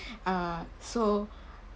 err so